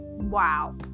Wow